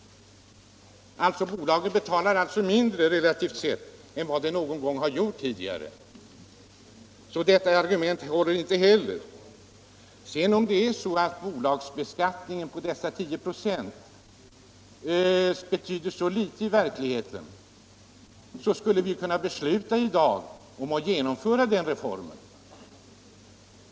Bolagen betalar alltså relativt sett mindre skatt nu än vad de har gjort någon gång tidigare. — Detta argument håller därför inte heller. Om det sedan är så, att bolagsbeskattningen med dessa 10 96 betyder så litet i verkligheten, skulle vi ju kunna besluta att i dag genomföra den reformen.